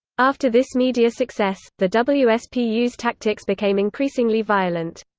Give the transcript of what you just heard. after this media success, the wspu's tactics became increasingly violent.